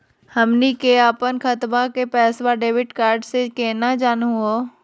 हमनी के अपन खतवा के पैसवा डेबिट कार्ड से केना जानहु हो?